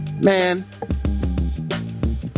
Man